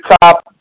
top